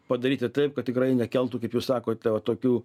padaryti taip kad tikrai nekeltų kaip jūs sakote va tokių